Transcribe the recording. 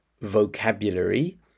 vocabulary